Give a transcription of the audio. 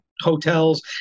hotels